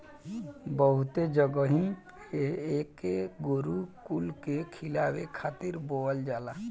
बहुते जगही पे एके गोरु कुल के खियावे खातिर बोअल जाला